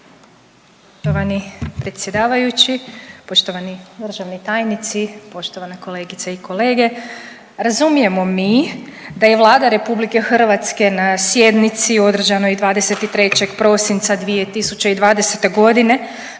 Poštovani predsjedavajući, poštovani državni tajnici, poštovani kolegice i kolege. Razumijemo mi da je Vlada RH na sjednici održanoj 23. prosinca 2020. g.